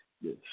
Yes